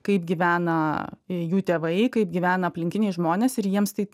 kaip gyvena jų tėvai kaip gyvena aplinkiniai žmonės ir jiems tai